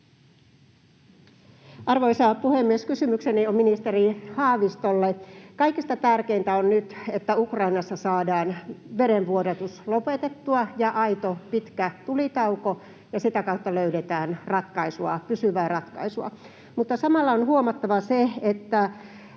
Arvoisa puhemies! Kysymykseni on ministeri Haavistolle: Kaikista tärkeintä on nyt, että Ukrainassa saadaan verenvuodatus lopetettua ja aito pitkä tulitauko ja sitä kautta löydetään pysyvää ratkaisua. Mutta samalla on huomattava se, että